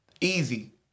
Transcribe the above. easy